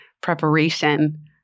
preparation